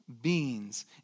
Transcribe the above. beings